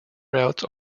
routes